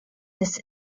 des